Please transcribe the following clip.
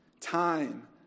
time